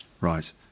Right